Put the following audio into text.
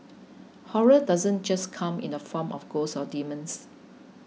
horror doesn't just come in the form of ghosts or demons